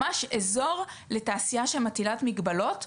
ממש אזור לתעשייה שמטילת מגבלות,